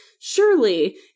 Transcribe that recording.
Surely